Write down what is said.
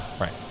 Right